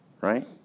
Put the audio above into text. right